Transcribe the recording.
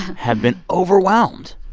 have been overwhelmed.